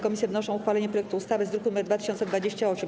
Komisje wnoszą o uchwalenie projektu ustawy z druku nr 2028.